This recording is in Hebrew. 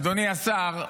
אדוני השר,